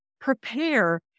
prepare